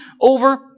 over